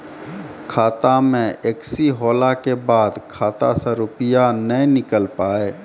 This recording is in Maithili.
खाता मे एकशी होला के बाद खाता से रुपिया ने निकल पाए?